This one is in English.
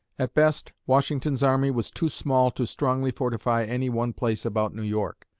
at best, washington's army was too small to strongly fortify any one place about new york.